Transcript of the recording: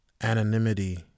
Anonymity